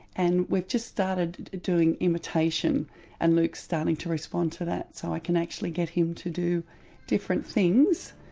and we've just started doing imitation and luke's starting to respond to that so i can actually get him to do different things,